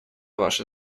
ваше